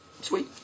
Sweet